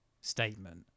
statement